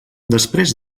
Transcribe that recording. després